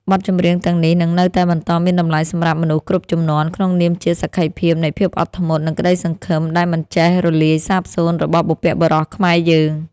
បទចម្រៀងទាំងនេះនឹងនៅតែបន្តមានតម្លៃសម្រាប់មនុស្សគ្រប់ជំនាន់ ក្នុងនាមជាសក្ខីភាពនៃភាពអត់ធ្មត់ និងក្តីសង្ឃឹមដែលមិនចេះរលាយសាបសូន្យរបស់បុព្វបុរសខ្មែរយើង។